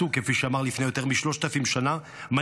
כפי שאמר לפני יותר מ-3,000 שנה מנהיג